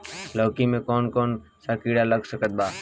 लौकी मे कौन कौन सा कीड़ा लग सकता बा?